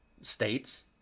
states